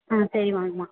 ம் சரிம்மா வாங்க அம்மா